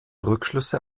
rückschlüsse